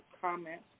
comment